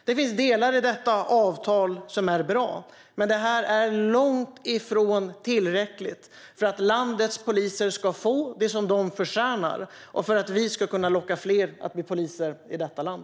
Det finns delar i detta avtal som är bra, men det är långt ifrån tillräckligt för att landets poliser ska få det som de förtjänar och för att vi ska kunna locka fler att bli poliser i detta land.